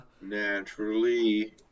Naturally